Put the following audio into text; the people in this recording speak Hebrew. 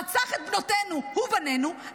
רצח את בנותינו ובנינו,